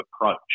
approach